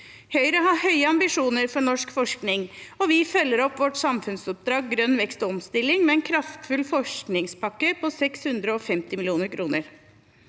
Høyre har høye ambisjoner for norsk forskning, og vi følger opp vårt samfunnsoppdrag om grønn vekst og omstilling med en kraftfull forskningspakke på 650 mill. kr.